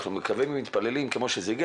אנחנו מקווים ומתפללים שכמו שזה הגיע